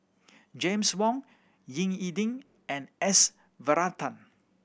James Wong Ying E Ding and S Varathan